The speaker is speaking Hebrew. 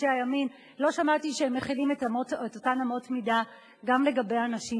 הימין לא שמעתי שהם מחילים את אותן אמות מידה גם לגבי אנשים אחרים.